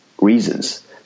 reasons